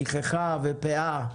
שכחה ופאה.